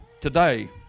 today